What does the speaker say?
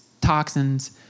toxins